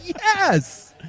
Yes